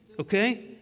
Okay